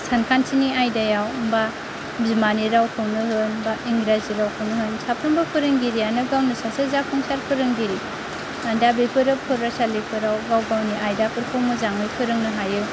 सानखान्थिनि आयदायाव बा बिमानि रावखौनो होन बा इंराजि रावखौनो होन साफ्रोमबो फोरोंगिरियानो गावनो सासे जाफुंसार फोरोंगिरि दा बेफोरो फरायसालिफोराव गाव गावनि आयदाफोरखौ मोजाङै फोरोंनो हायो